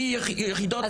מיחידות הרווחה.